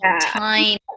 tiny